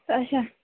اَچھا